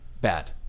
Bad